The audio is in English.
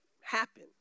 happen